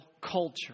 culture